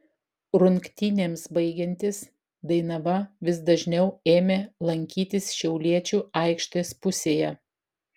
rungtynėms baigiantis dainava vis dažniau ėmė lankytis šiauliečių aikštės pusėje